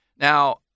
Now